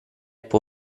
può